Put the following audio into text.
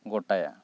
ᱜᱚᱴᱟᱭᱟ